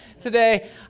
today